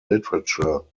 literature